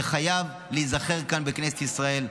זה חייב להיזכר כאן בכנסת ישראל.